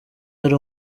yari